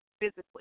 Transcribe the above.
physically